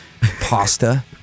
pasta